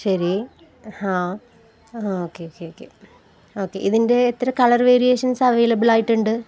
ശരി ആ ആ ഓക്കെ ഓക്കെ ഓക്കെ ഓക്കെ ഇതിൻ്റെ എത്ര കളർ വേരിയേഷൻസ് അവൈലബിളായിട്ടുണ്ട്